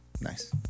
Nice